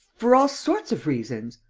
for all sorts of reasons!